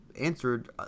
answered